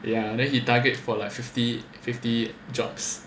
ya then he target for like fifty fifty jobs